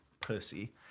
pussy